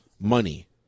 money